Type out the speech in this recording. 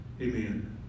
Amen